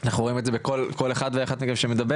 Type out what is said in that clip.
אנחנו רואים את זה בכל אחד ואחת מכם שמדבר,